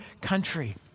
country